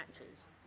matches